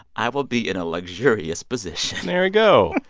i will be in a luxurious position. there you go.